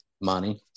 money